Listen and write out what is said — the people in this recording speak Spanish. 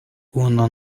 uno